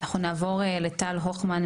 אנחנו נעבור לטל הוכמן,